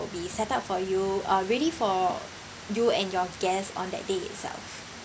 be set up for you uh ready for you and your guests on that day itself